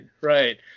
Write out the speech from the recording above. right